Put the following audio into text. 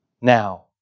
now